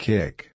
Kick